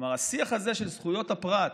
כלומר, השיח הזה של זכויות הפרט,